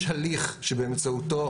יש הליך שבאמצעותו,